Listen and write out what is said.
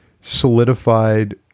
solidified